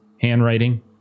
handwriting